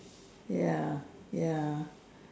ya ya